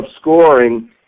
scoring